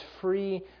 free